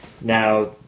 Now